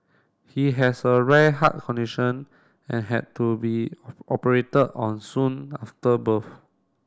he has a rare heart condition and had to be operated on soon after birth